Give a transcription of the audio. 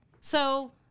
So-